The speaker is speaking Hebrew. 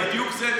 זהו בדיוק.